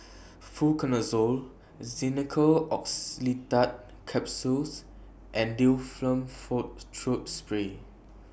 Fluconazole Xenical Orlistat Capsules and Difflam Forte Throat Spray